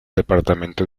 departamento